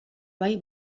bai